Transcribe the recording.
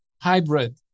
hybrid